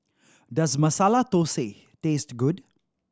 does Masala Thosai taste good